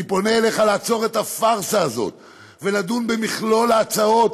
אני פונה אליך לעצור את הפארסה הזאת ולדון במכלול ההצעות,